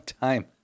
time